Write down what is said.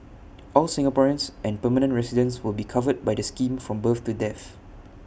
all Singaporeans and permanent residents will be covered by the scheme from birth to death